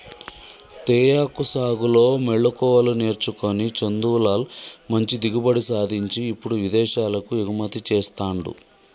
తేయాకు సాగులో మెళుకువలు నేర్చుకొని చందులాల్ మంచి దిగుబడి సాధించి ఇప్పుడు విదేశాలకు ఎగుమతి చెస్తాండు